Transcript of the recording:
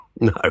No